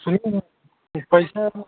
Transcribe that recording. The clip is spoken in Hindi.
सुनिए न कुछ पैसा